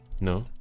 No